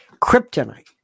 Kryptonite